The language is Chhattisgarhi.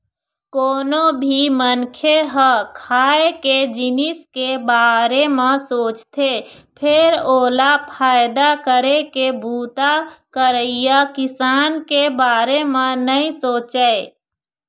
कोनो भी मनखे ह खाए के जिनिस के बारे म सोचथे फेर ओला फायदा करे के बूता करइया किसान के बारे म नइ सोचय